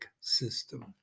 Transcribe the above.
system